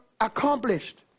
accomplished